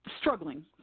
struggling